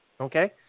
Okay